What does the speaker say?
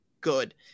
good